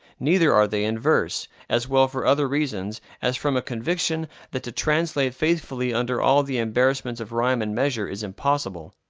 neither are they in verse, as well for other reasons as from a conviction that to translate faithfully under all the embarrassments of rhyme and measure is impossible.